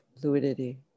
fluidity